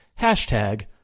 Hashtag